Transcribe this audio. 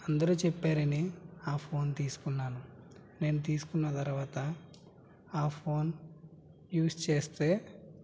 అందరూ చెప్పారని ఆ ఫోన్ తీసుకున్నాను నేను తీసుకున్న తర్వాత ఆ ఫోన్ యూస్ చేస్తే